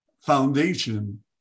foundation